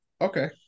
Okay